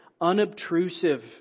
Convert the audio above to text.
unobtrusive